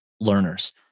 learners